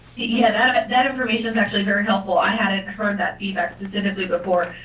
yeah, that that information is actually very helpful. i hadn't heard that feedback specifically before.